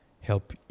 help